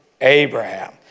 Abraham